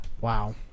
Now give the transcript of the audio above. Wow